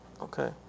Okay